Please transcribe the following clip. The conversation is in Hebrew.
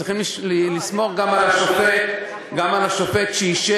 צריכים לסמוך גם על השופט שישב,